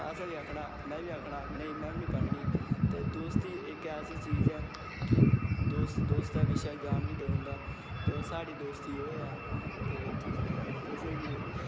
असें बी आक्खना में बी आक्खना नेईं में बी नेईं पढ़नी ते दोस्ती इक्क ऐसी चीज़ ऐ कि दोस्तै पिच्छें जान बी देई ओड़दा ते साढ़ी दोस्ती ओह् ऐ ते तुसेंगी